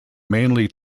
mainly